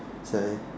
sorry